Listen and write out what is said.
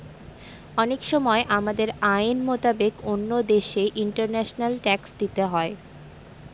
অনেক সময় আমাদের আইন মোতাবেক অন্য দেশে ইন্টারন্যাশনাল ট্যাক্স দিতে হয়